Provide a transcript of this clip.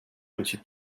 monsieur